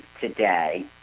today